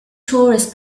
tourists